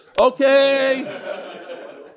Okay